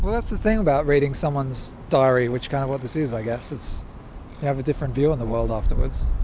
that's the thing about reading someone's diary which kind of what this is i guess. you have a different view of and the world afterward.